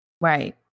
Right